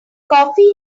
coffee